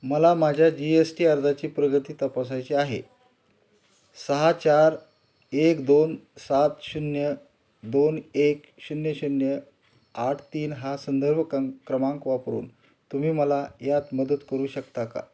मला माझ्या G S T अर्जाची प्रगती तपासायची आहे सहा चार एक दोन सात शून्य दोन एक शून्य शून्य आठ तीन हा संदर्भ क क्रमांक वापरून तुम्ही मला यात मदत करू शकता का